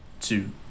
two